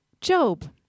Job